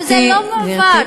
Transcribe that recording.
גברתי,